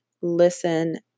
listen